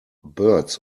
birds